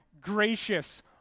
gracious